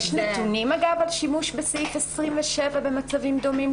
יש נתונים על שימוש בסעיף 27 במצבים דומים?